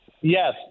Yes